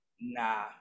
Nah